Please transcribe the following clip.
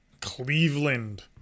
Cleveland